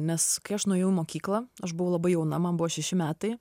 nes kai aš nuėjau į mokyklą aš buvau labai jauna man buvo šeši metai